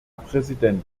präsident